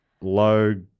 Low